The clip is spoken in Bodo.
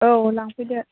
औ लांफैदो